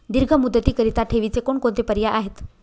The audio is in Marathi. दीर्घ मुदतीकरीता ठेवीचे कोणकोणते पर्याय आहेत?